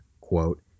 quote